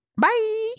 Bye